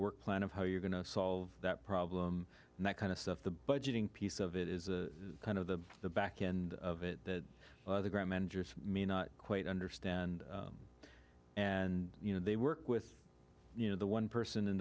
work plan of how you're going to solve that problem and that kind of stuff the budgeting piece of it is a kind of the the back end of it that the ground managers may not quite understand and you know they work with you know the one person and